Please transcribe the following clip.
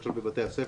למשל בבתי הספר,